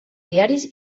diaris